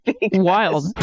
Wild